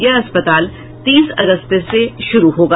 यह अस्पताल तीस अगस्त से शुरू होगा